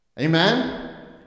Amen